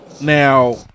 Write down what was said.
Now